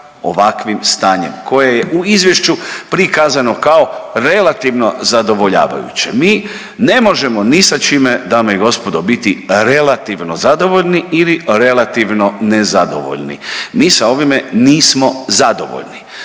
ovakvim stanjem koje je u izvješću prikazano kao relativno zadovoljavajuće. Mi ne možemo ni sa čime dame i gospodo biti relativno zadovoljni ili relativno nezadovoljni. Mi sa ovime nismo zadovoljni.